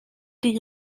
die